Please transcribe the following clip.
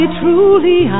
truly